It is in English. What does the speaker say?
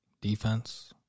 defense